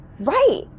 right